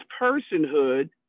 personhood